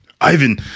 Ivan